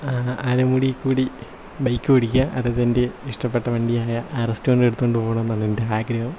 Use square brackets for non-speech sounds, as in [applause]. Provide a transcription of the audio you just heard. ആനമുടി കൂടി ബൈക്ക് ഓടിക്കുക അതും എൻ്റെ ഇഷ്ട്ടപെട്ട വണ്ടിയായ [unintelligible] എടുത്തോണ്ട് പോണമെന്നാണ് എൻ്റെ ആഗ്രഹം